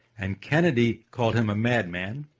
and kennedy called him a madman.